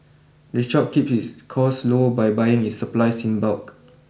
the shop keeps its costs low by buying its supplies in bulk